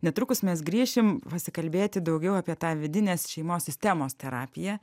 netrukus mes grįšim pasikalbėti daugiau apie tą vidinės šeimos sistemos terapiją